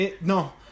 No